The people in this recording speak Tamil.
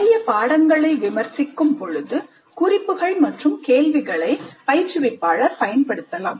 பழைய பாடங்களை விமர்சிக்கும் பொழுது குறிப்புகள் மற்றும் கேள்விகளை பயன்படுத்தலாம்